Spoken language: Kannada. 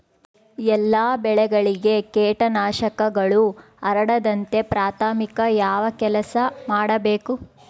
ಎಲ್ಲ ಬೆಳೆಗಳಿಗೆ ಕೇಟನಾಶಕಗಳು ಹರಡದಂತೆ ಪ್ರಾಥಮಿಕ ಯಾವ ಕೆಲಸ ಮಾಡಬೇಕು?